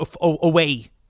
away